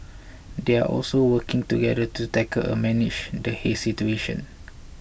they are also working together to tackle and manage the haze situation